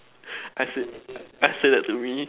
I said I said that to me